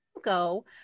go